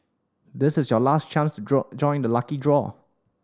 this is your last chance to join join the lucky draw